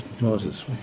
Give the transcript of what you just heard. Moses